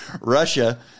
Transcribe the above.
Russia